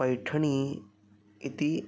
पैठणी इति